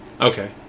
Okay